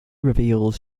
reveals